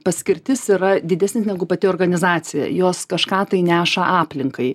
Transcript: paskirtis yra didesnis negu pati organizacija jos kažką tai neša aplinkai